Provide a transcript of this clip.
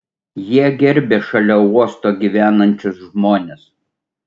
jie gerbia šalia uosto gyvenančius žmones